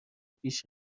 پیش